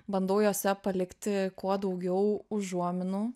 bandau jose palikti kuo daugiau užuominų